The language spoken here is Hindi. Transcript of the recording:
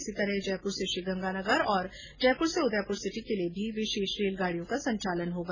इसी तरह जयपूर से श्रीगंगानगर तथा जयपुर से उदयपुर सिटी के लिये विशेष रेलों का संचालन होगा